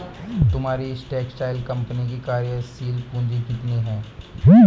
तुम्हारी इस textile company की कार्यशील पूंजी कितनी है?